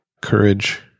Courage